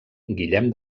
guillem